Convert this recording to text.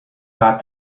thought